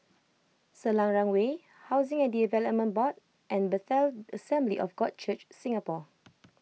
Selarang Way Housing and Development Board and Bethel Assembly of God Church Singapore